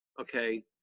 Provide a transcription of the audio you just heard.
okay